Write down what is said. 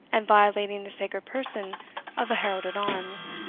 and violating the sacred person of a herald-at-arms,